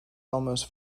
almost